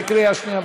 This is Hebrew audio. זה קריאה שנייה.